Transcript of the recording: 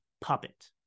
puppet